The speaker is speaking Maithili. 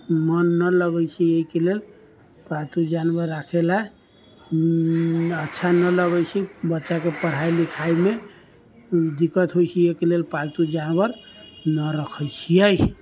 मन नहि लगै छै एहिके लेल पालतू जानवर राखै लए अच्छा नहि लागै छै बच्चाके पढ़ाइ लिखाइमे दिक्कत होइ छै एहिके लेल पालतू जानवर नहि रखै छियै